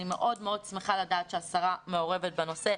אני מאוד מאוד שמחה לדעת שהשרה מעורבת בנושא.